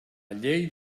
llei